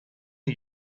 are